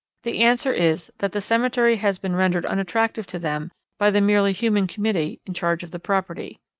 the answer is that the cemetery has been rendered unattractive to them by the merely human committee in charge of the property.